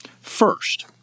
First